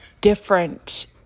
different